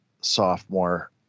sophomore